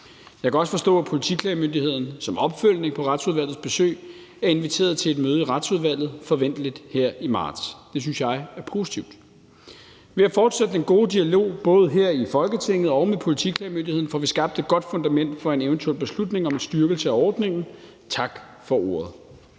Jeg kan også forstå, at Politiklagemyndigheden som opfølgning på Retsudvalgets besøg er inviteret til et møde i Retsudvalget, forventeligt her i marts. Det synes jeg er positivt. Ved at fortsætte den gode dialog både her i Folketinget og med Politiklagemyndigheden får vi skabt et godt fundament for en eventuel beslutning om en styrkelse af ordningen. Tak for ordet.